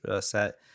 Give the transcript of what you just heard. set